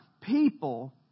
People